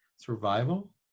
survival